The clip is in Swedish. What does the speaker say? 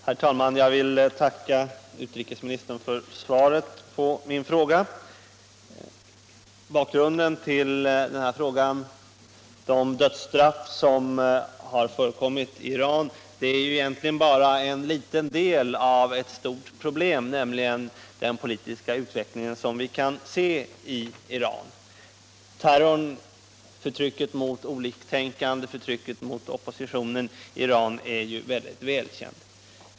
Herr talman! Jag vill tacka utrikesministern för svaret på min fråga. Bakgrunden till frågan — de dödsstraff som förekommit i Iran — är egentligen bara en liten del av ett stort problem, nämligen den politiska 27 utveckling som vi kan se i Iran. Terrorn, förtrycket mot oliktänkande, förtrycket mot oppositionen i Iran är någonting välkänt.